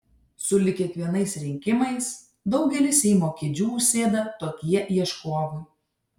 sulig kiekvienais rinkimais daugelį seimo kėdžių užsėda tokie ieškovai